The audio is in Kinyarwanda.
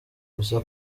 gusa